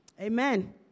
Amen